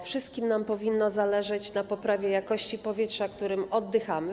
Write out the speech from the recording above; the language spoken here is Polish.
Wszystkim nam powinno zależeć na poprawie jakości powietrza, którym oddychamy.